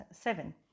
seven